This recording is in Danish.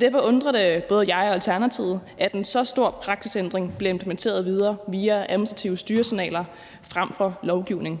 Derfor undrer det både mig og Alternativet, at en så stor praksisændring bliver implementeret via administrative styresignaler frem for lovgivning.